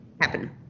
happen